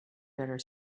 better